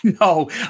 no